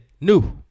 New